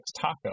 taco